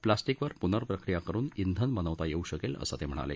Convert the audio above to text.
प्लास्टिकवर पुनप्रप्रक्रिया करून इंधन बनवता येऊ शकेल असं ते म्हणाले